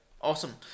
Awesome